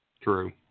True